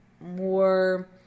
more